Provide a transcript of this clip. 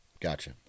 Gotcha